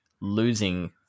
losing